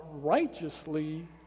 righteously